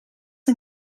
een